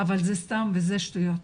אבל זה סתם וזה שטויות.